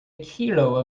kilo